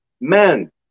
Men